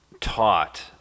taught